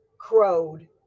crowed